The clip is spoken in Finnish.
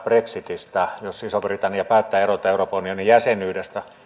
brexitistä jos iso britannia päättää erota euroopan unionin jäsenyydestä